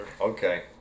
Okay